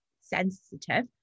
sensitive